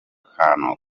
kantu